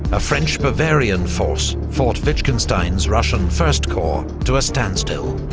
a french-bavarian force fought wittgenstein's russian first corps to a standstill.